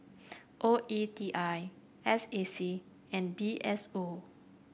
O E T I S A C and D S O